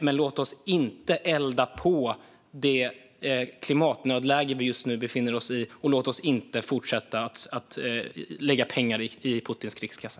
Men låt oss inte elda på det klimatnödläge vi just nu befinner oss i, och låt oss inte fortsätta lägga pengar i Putins krigskassa.